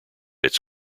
its